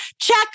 Check